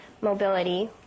mobility